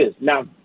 Now